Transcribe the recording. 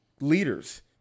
leaders